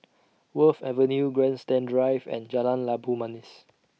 Wharf Avenue Grandstand Drive and Jalan Labu Manis